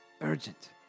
Urgent